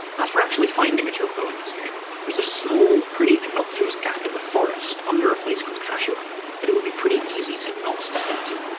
as for actually finding a chocobo in this game, there's a small, pretty innocuous gap in the forest under a place called kashuan that it would be pretty easy to not step into,